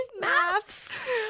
maths